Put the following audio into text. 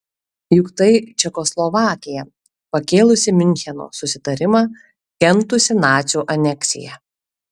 juk tai čekoslovakija pakėlusi miuncheno susitarimą kentusi nacių aneksiją